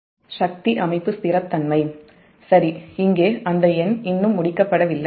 எனவே சரி இங்கே அந்த எண் இன்னும் முடிக்கப்படவில்லை